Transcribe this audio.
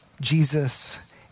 Jesus